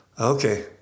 Okay